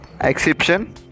Exception